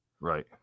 Right